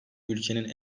ülkenin